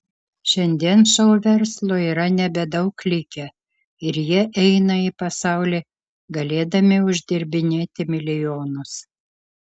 šiandien šou verslo yra nebedaug likę ir jie eina į pasaulį galėdami uždirbinėti milijonus